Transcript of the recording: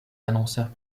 annonceurs